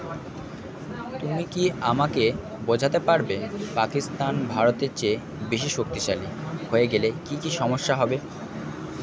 তুমি কি আমাকে বোঝাতে পারবে পাকিস্তান ভারতের চেয়ে বেশি শক্তিশালী হয়ে গেলে কী কী সমস্যা হবে